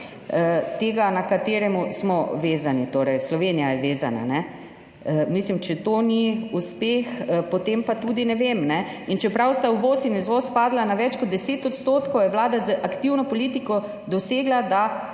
trga, na katerega smo vezani v Sloveniji. Mislim, če to ni uspeh, potem pa tudi ne vem. Čeprav sta uvoz in izvoz padla za več kot 10 %, je vlada z aktivno politiko dosegla, da